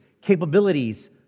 capabilities